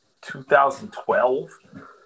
2012